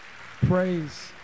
praise